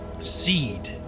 seed